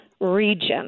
region